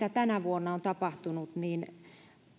mitä tänä vuonna on tapahtunut niin